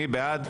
מי בעד?